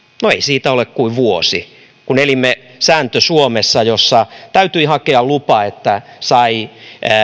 ei siitä ole kuin vuosi kun elimme sääntö suomessa jossa täytyi hakea lupa että sai laittaa